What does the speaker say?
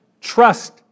trust